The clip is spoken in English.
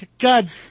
God